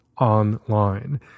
online